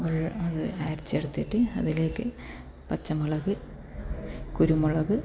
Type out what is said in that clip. അത് അരച്ചെടുത്തിട്ട് അതിലേക്ക് പച്ചമുളക് കുരുമുളക്